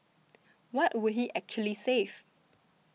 what would he actually save